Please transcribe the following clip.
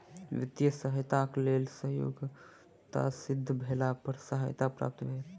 वित्तीय सहयताक लेल योग्यता सिद्ध भेला पर सहायता प्राप्त भेल